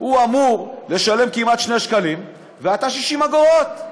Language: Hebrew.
אמור לשלם כמעט 2 שקלים, ואתה 60 אגורות.